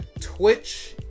twitch